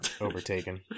overtaken